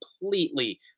completely